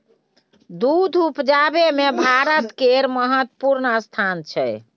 दूध उपजाबै मे भारत केर महत्वपूर्ण स्थान छै